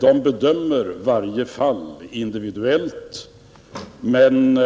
Den bedömer varje fall individuellt, men